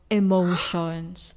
emotions